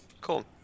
cool